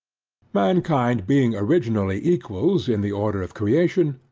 mankind being originally equals in the order of creation,